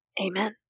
Amen